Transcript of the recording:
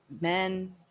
Men